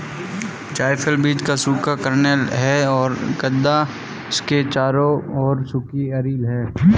जायफल बीज का सूखा कर्नेल है और गदा इसके चारों ओर सूखी अरिल है